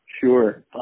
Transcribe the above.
Sure